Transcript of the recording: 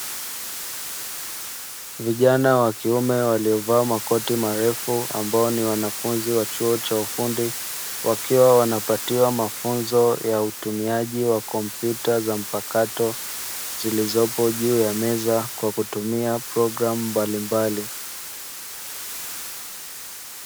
Vijana wa kiume waliovaa makoti marefu, ambao ni wanafunzi wa chuo cha ufundi wakiwa wanapatiwa mafunzo ya utumiaji wa kompyuta za mpakato, zilizopo juu ya meza kwa kutumia programu mbalimbali.